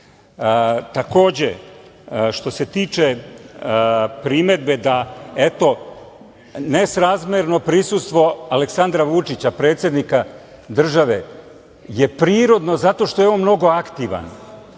isto. Takođe, što se tiče primedbe da, eto, nesrazmerno prisustvo Aleksandra Vučića, predsednika države, je prirodno zato što je on mnogo aktivan,